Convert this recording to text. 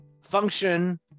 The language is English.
function